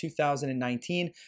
2019